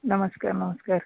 नमस्कार नमस्कार